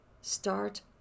Start